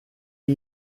new